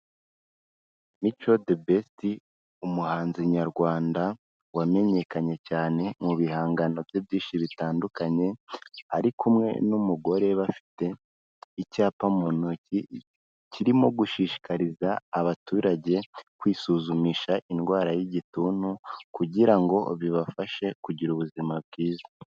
Mico The Best, umuhanzi Nyarwanda wamenyekanye cyane mu bihangano bye byinshi bitandukanye, ari kumwe n'umugore, bafite icyapa mu ntoki kirimo gushishikariza abaturage kwisuzumisha indwara y'igituntu kugira ngo bibafashe kugira ubuzima bwiza.